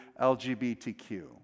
LGBTQ